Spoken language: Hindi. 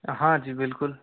हाँ जी बिलकुल